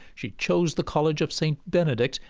she chose the college of saint benedict,